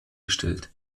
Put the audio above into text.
gestellt